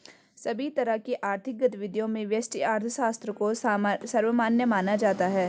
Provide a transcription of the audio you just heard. सभी तरह की आर्थिक गतिविधियों में व्यष्टि अर्थशास्त्र को सर्वमान्य माना जाता है